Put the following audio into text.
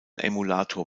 emulator